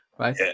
Right